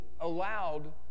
allowed